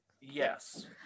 yes